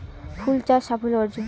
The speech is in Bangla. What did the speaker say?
ফুল চাষ সাফল্য অর্জন?